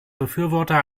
befürworter